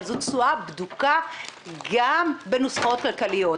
אבל זו תשואה בדוקה גם בנוסחאות כלכליות.